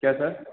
क्या सर